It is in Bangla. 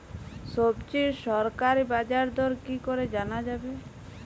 সবজির সরকারি বাজার দর কি করে জানা যাবে?